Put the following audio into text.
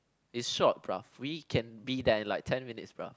it's short bro we can be there in like ten minutes bro